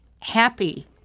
happy